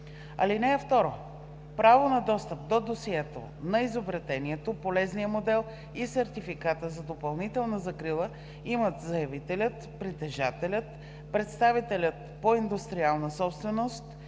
закон. (2) Право на достъп до досието на изобретението, полезния модел и сертификата за допълнителна закрила имат заявителят, притежателят, представителят по индустриална собственост,